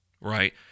right